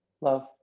love